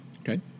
Okay